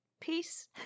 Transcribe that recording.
peace